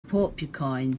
porcupine